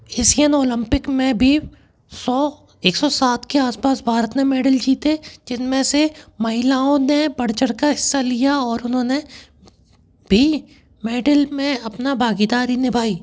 Asian Olympic में भी सौ एक सौ सात के आस पास भारत ने मेडल जीते जिन में से महिलाओं ने बढ़ चढ़ कर हिस्सा लिया और उन्होंने भी मेडल में अपनी भागीदारी निभाई